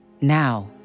Now